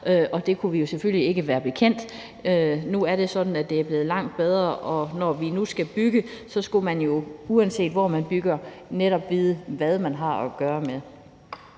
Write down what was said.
og det kunne vi jo selvfølgelig ikke være bekendt. Nu er det sådan, at det er blevet langt bedre, og når man nu skal bygge, skal man jo, uanset hvor man bygger, netop vide, hvad man har at gøre med.